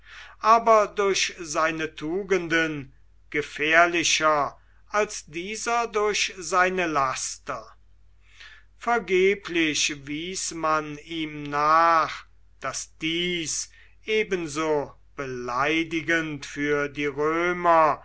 aber durch seine tugenden gefährlicher als dieser durch seine laster vergeblich wies man ihm nach daß dies ebenso beleidigend für die römer